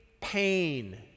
pain